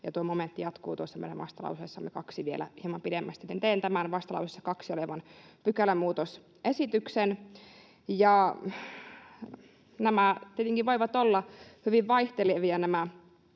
Tuo momentti jatkuu tuossa meidän vastalauseessamme 2 vielä hieman pidemmästi. Joten teen tämän vastalauseessa 2 olevan pykälämuutosesityksen. Nämä piuhat ja linjat tietenkin voivat olla hyvin vaihtelevia,